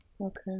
okay